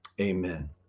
amen